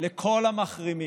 לכל המחרימים: